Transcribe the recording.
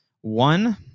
One